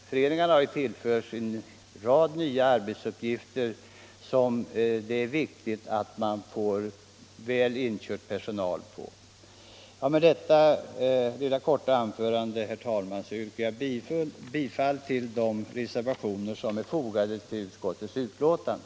Föreningarna har tillförts en rad nya arbetsuppgifter, och det är viktigt att man får väl inkörd personal för dessa. Med detta korta anförande, herr talman, yrkar jag. bifall till de reservationer som är fogade till utskottets betänkande.